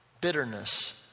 bitterness